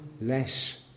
less